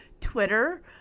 Twitter